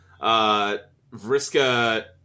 Vriska